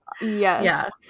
yes